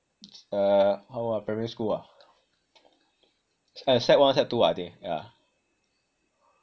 uh how old ah primary school ah sec one sec two ah I think yah